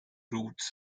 routes